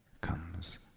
comes